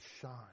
shine